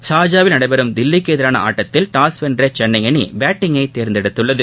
ஷா்ஜாவில் நடைபெறும் தில்லிக்கு எதிரான மற்றொரு ஆட்டத்தில் டாஸ் வென்ற சென்னை அணி பேட்டிங்கை தேர்ந்தெடுத்துள்ளது